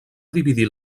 dividir